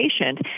patient